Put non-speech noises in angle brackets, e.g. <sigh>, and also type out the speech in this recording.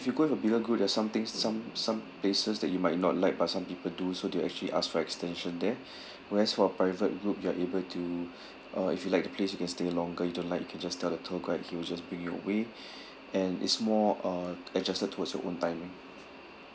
if you go with a bigger group there's somethings some some places that you might not like but some people do so they actually ask for extension there <breath> whereas for private group you are able to <breath> uh if you like the place you can stay longer you don't like you can just tell the tour guide he will just bring you away <breath> and it's more uh adjusted towards your own timing